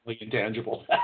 intangible